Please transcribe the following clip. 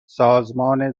سازمان